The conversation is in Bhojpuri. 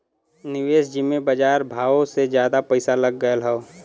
निवेस जिम्मे बजार भावो से जादा पइसा लग गएल हौ